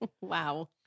Wow